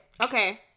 Okay